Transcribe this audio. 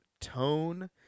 tone